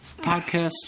podcast